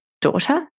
daughter